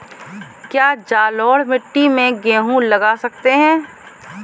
क्या जलोढ़ मिट्टी में गेहूँ लगा सकते हैं?